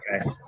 Okay